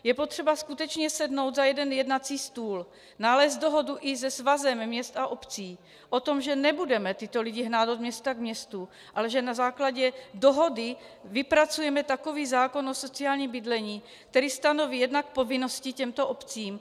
Je potřeba skutečně sednout za jeden jednací stůl, nalézt dohodu se Svazem měst a obcí o tom, že nebudeme tyto lidi hnát od města k městu, ale že na základě dohody vypracujeme takový zákon o sociálním bydlení, který stanoví jednak povinnosti těmto obcím...